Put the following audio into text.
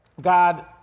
God